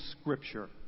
Scripture